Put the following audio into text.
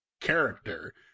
character